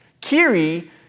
Kiri